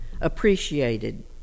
appreciated